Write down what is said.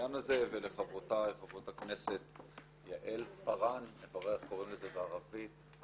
העניין הזה ולחברותיי חברות הכנסת יעל פארן ומיכל